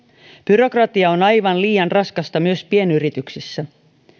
byrokratia on aivan liian raskasta myös pienyrityksissä